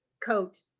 coat